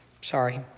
Sorry